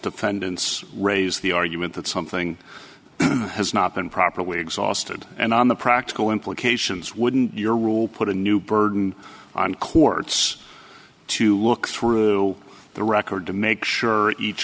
defendants raise the argument that something has not been properly exhausted and on the practical implications wouldn't your rule put a new burden on courts to look through the record to make sure each